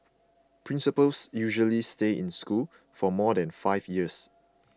principals usually stay in a school for more than five years